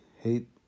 hate